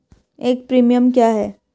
एक प्रीमियम क्या है?